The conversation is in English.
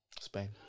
Spain